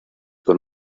con